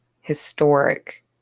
historic